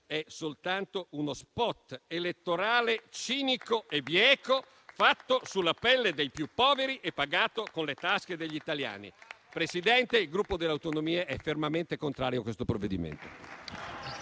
è soltanto uno *spot* elettorale cinico e bieco, fatto sulla pelle dei più poveri e pagato dalle tasche degli italiani. Presidente, il Gruppo per le Autonomie è fermamente contrario a questo provvedimento.